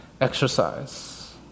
exercise